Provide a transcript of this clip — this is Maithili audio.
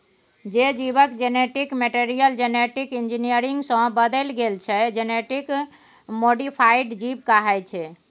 जे जीबक जेनेटिक मैटीरियल जेनेटिक इंजीनियरिंग सँ बदलि गेल छै जेनेटिक मोडीफाइड जीब कहाइ छै